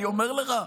אני אומר לך,